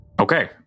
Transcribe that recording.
Okay